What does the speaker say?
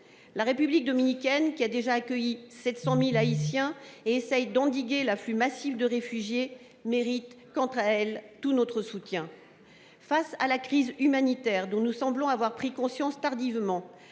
La République dominicaine, qui a déjà accueilli 700 000 Haïtiens et qui essaie d’endiguer l’afflux massif de réfugiés, mérite tout notre soutien. Face à la crise humanitaire, dont nous semblons avoir pris conscience tardivement,